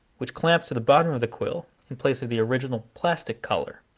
which clamps to the bottom of the quill, in place of the original plastic collar.